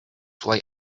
why